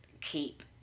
keep